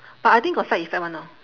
but I think got side effect [one] know